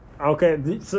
Okay